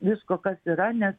visko kas yra nes